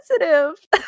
sensitive